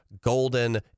golden